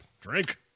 drink